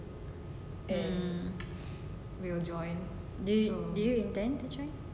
mm do you intend to join